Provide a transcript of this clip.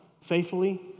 faithfully